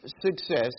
success